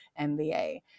MBA